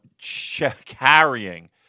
carrying